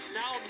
now